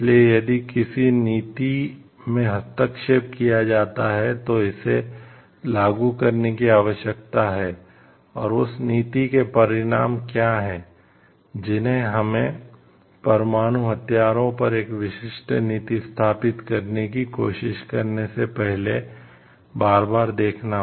इसलिए यदि किसी नीति में हस्तक्षेप किया जाता है तो इसे लागू करने की आवश्यकता है और उस नीति के परिणाम क्या हैं जिन्हें हमें परमाणु हथियारों पर एक विशिष्ट नीति स्थापित करने की कोशिश करने से पहले बार बार देखना होगा